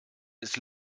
ist